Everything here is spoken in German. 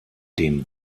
dem